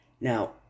Now